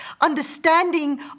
understanding